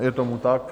Je tomu tak?